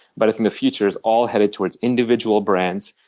but the future is all headed towards individual brands.